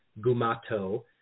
Gumato